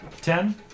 ten